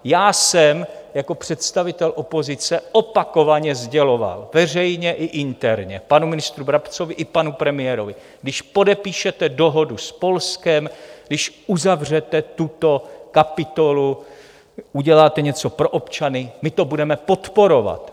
Já jsem jako představitel opozice opakovaně sděloval veřejně i interně panu ministru Brabcovi i panu premiérovi, když podepíšete dohodu s Polskem, když uzavřete tuto kapitolu, uděláte něco pro občany, my to budeme podporovat.